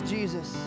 Jesus